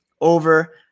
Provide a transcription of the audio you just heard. over